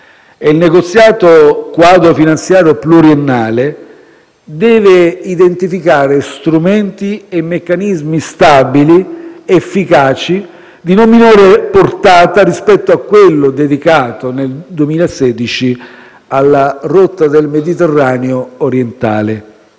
il negoziato quadro finanziario pluriennale deve identificare strumenti e meccanismi stabili ed efficaci di non minore portata rispetto a quello dedicato nel 2016 alla rotta del Mediterraneo orientale.